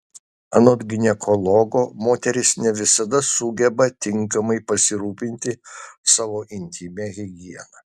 anot ginekologo moterys ne visada sugeba tinkamai pasirūpinti savo intymia higiena